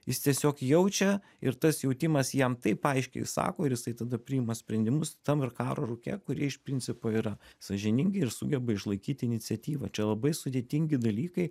jis tiesiog jaučia ir tas jautimas jam taip aiškiai sako ir jisai tada priima sprendimus tam ir karo rūke kurie iš principo yra sąžiningi ir sugeba išlaikyt iniciatyvą čia labai sudėtingi dalykai